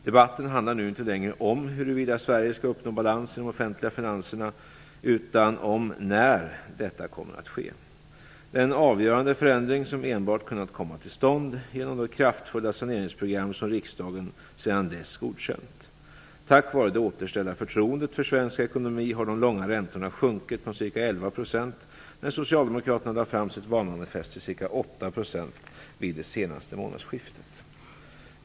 Debatten handlar nu inte längre om huruvida Sverige skall uppnå balans i de offentliga finanserna, utan om när detta kommer att ske. Det är en avgörande förändring som enbart kunnat komma till stånd genom det kraftfulla saneringsprogram som riksdagen sedan dess godkänt. Tack vare det återställda förtroendet för svensk ekonomi har de långa räntorna sjunkit från ca 11 % när socialdemokraterna lade fram sitt valmanifest till ca 8 % vid det senaste månadsskiftet.